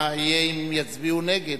מה יהיה אם יצביעו נגד?